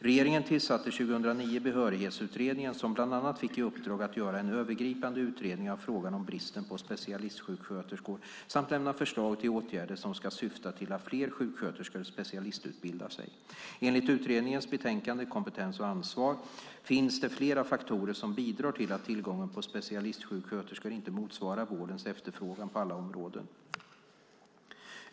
Regeringen tillsatte 2009 Behörighetsutredningen, som bland annat fick i uppdrag att göra en övergripande utredning av frågan om bristen på specialistsjuksköterskor samt lämna förslag på åtgärder som ska syfta till att fler sjuksköterskor specialistutbildar sig. Enligt utredningens betänkande Kompetens och ansvar finns det flera faktorer som bidrar till att tillgången på specialistsjuksköterskor inte motsvarar vårdens efterfrågan på alla områden.